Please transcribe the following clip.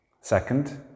Second